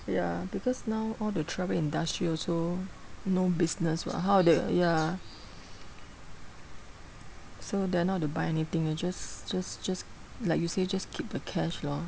ya because now all the travel industry also no business [what] how the ya so dare not to buy anything just just just like you said just keep the cash lor